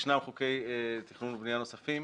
ישנם חוקי תכנון ובנייה נוספים